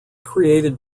created